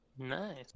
Nice